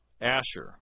Asher